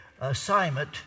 assignment